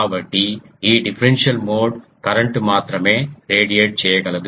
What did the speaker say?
కాబట్టి ఈ differential mode current మాత్రమే రేడియేట్ చేయగలదు